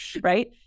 right